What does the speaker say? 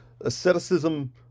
asceticism